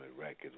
Records